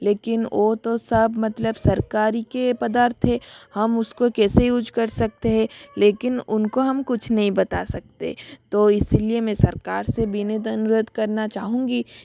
लेकिन वो तो सब मतलब सरकार के पदार्थ थे हम उसको कैसे यूज कर सकते हैं लेकिन उनको हम कुछ नहीं बता सकते तो इसी लिए मैं सरकार से निवेदन करना चाहूँगी